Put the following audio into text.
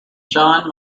john